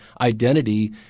identity